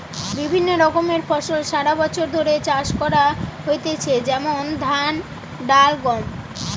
বিভিন্ন রকমের ফসল সারা বছর ধরে চাষ করা হইতেছে যেমন ধান, ডাল, গম